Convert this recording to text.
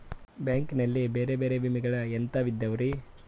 Bank ನಲ್ಲಿ ಬೇರೆ ಬೇರೆ ವಿಮೆಗಳು ಎಂತವ್ ಇದವ್ರಿ?